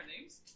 names